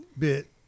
bit